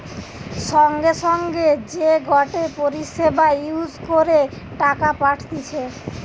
সঙ্গে সঙ্গে যে গটে পরিষেবা ইউজ করে টাকা পাঠতিছে